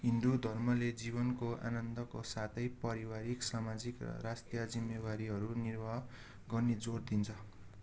हिन्दू धर्मले जीवनको आनन्दको साथै पारिवारिक सामाजिक र राष्ट्रिय जिम्मेवारीहरू निर्वाह गर्ने जोड् दिन्छ